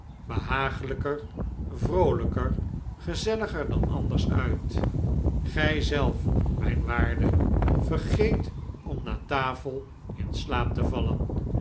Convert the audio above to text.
behaaglijker vroolijker gezelliger dan anders uit gijzelf mijn waarde vergeet omna tafel in slaap te vallen